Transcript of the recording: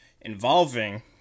involving